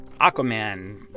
Aquaman